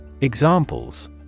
Examples